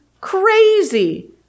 crazy